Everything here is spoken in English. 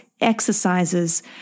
exercises